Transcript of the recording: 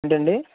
ఏంటండి